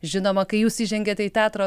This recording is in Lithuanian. žinoma kai jūs įžengėte į teatro